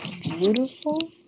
beautiful